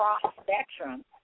cross-spectrum